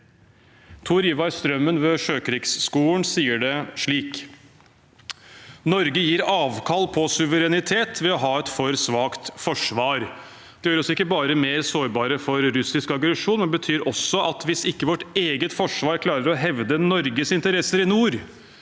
Tor Ivar Strømmen ved Sjøkrigsskolen sier det slik: Norge gir avkall på suverenitet ved å ha et for svakt forsvar. Det gjør oss ikke bare mer sårbare for russisk aggresjon; det betyr også at hvis ikke vårt eget forsvar klarer å hevde Norges interesser i nord,